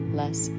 less